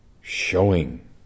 Showing